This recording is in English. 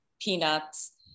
peanuts